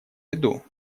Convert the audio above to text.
виду